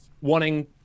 wanting